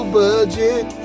budget